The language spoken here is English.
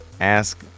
ask